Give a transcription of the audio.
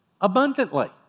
Abundantly